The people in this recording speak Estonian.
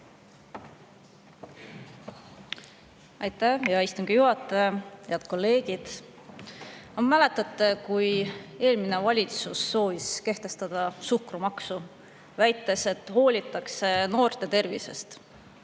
Aitäh, hea istungi juhataja! Head kolleegid! Mäletate, kui eelmine valitsus soovis kehtestada suhkrumaksu, väites, et hoolitakse noorte tervisest?